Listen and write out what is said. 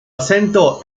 acento